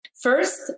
First